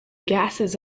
gases